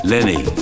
Lenny